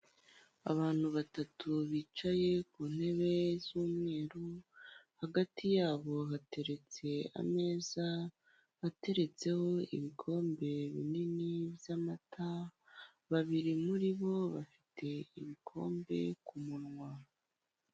Abantu batatu bicaye ku ntebe z'umweru hagati yabo hateretse ameza ateretseho ibikombe binini by'amata, babiri muri bo bafite ibikombe ku munwa.